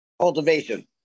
Cultivation